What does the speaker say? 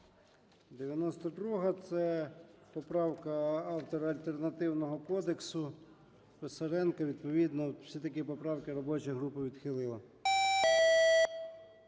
92-а, це поправка автора альтернативного кодексу Писаренка. Відповідно, все-таки поправку робоча група відхилила.